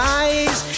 eyes